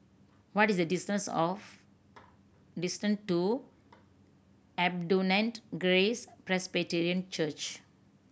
what is the distance of distance to Abundant Grace Presbyterian Church